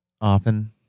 often